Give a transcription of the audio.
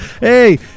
Hey